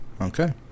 Okay